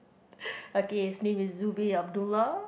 okay his name is Zubi Abdullah